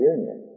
Union